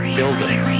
Building